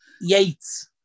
Yates